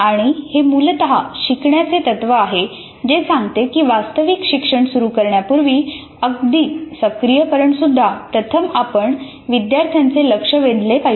आणि हे मूलत शिकण्याचे तत्त्व आहे जे सांगते की वास्तविक शिक्षण सुरू करण्यापूर्वी अगदी सक्रियकरणसुद्धा प्रथम आपण विद्यार्थ्यांचे लक्ष वेधले पाहिजे